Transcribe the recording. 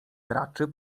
raczy